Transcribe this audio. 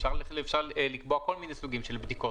אפשר לקבוע כל מיני סוגים של בדיקות,